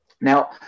now